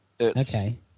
Okay